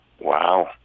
Wow